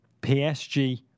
PSG